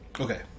Okay